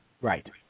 Right